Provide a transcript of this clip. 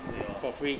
对 orh